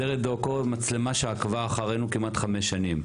סרט דוקו, מצלמה שעקבה אחרינו כמעט חמש שנים.